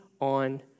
on